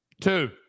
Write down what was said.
Two